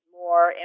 more